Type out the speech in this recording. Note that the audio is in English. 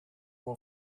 will